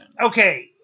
Okay